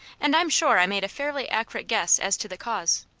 and i'm sure i made a fairly accurate guess as to the cause.